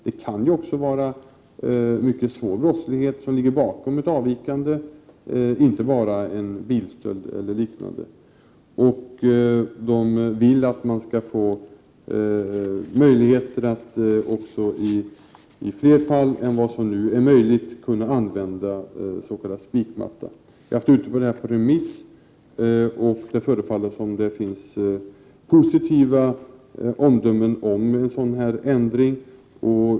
Det kan också vara mycket svår brottslighet som ligger bakom ett avvikande, inte bara en bilstöld eller liknande. Rikspolisstyrelsen vill att man skall få möjligheter att också i fler fall än vad som nu är möjligt kunna använda s.k. spikmatta. Ärendet har varit ute på remiss, och det förefaller som om det finns positiva omdömen om en sådan ändring.